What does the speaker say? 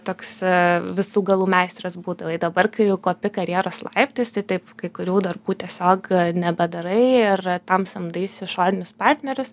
toks visų galų meistras būdavai dabar kai jau kopi karjeros laiptais tai taip kai kurių darbų tiesiog nebedarai ir tam samdaisi išorinius partnerius